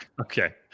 Okay